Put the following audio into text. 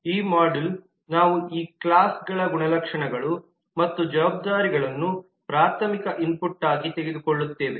ಈ ಮಾಡ್ಯೂಲ್ ನಾವು ಈ ಕ್ಲಾಸ್ಗಳ ಗುಣಲಕ್ಷಣಗಳು ಮತ್ತು ಜವಾಬ್ದಾರಿಗಳನ್ನು ಪ್ರಾಥಮಿಕ ಇನ್ಪುಟ್ ಆಗಿ ತೆಗೆದುಕೊಳ್ಳುತ್ತೇವೆ